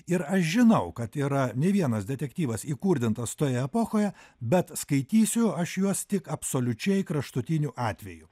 ir aš žinau kad yra ne vienas detektyvas įkurdintas toje epochoje bet skaitysiu aš juos tik absoliučiai kraštutiniu atveju